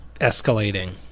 escalating